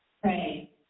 pray